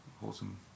Wholesome